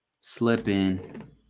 Slipping